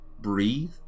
breathe